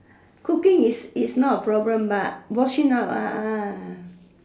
cooking is is not a problem but washing up ah ah